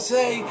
Say